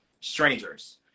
strangers